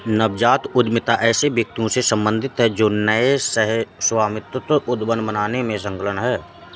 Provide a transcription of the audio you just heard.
नवजात उद्यमिता ऐसे व्यक्तियों से सम्बंधित है जो नए सह स्वामित्व उद्यम बनाने में संलग्न हैं